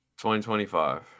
2025